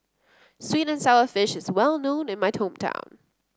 sweet and sour fish is well known in my